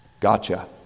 Gotcha